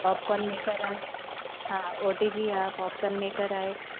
popcorn maker आहे हा O T G आहे पॉपकॉर्न मेकर आहे